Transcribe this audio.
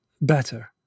better